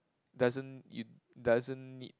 doesn't you doesn't need